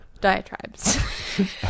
diatribes